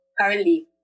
currently